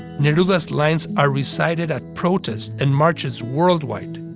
neruda's lines are recited at protests and marches worldwide.